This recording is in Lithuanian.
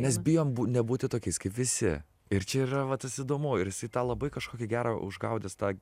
mes bijom nebūti tokiais kaip visi ir čia yra va tas įdomu ir jisai tą labai kažkokią gerą užgaudęs tą